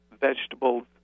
vegetables